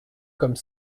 comme